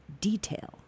detail